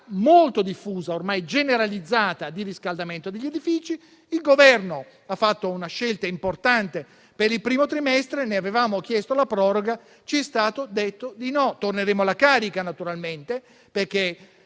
molto diffusa e ormai generalizzata di riscaldamento degli edifici. Il Governo ha fatto una scelta importante per il primo trimestre, ne avevamo chiesto la proroga, ma ci è stato detto di no. Torneremo alla carica, naturalmente, perché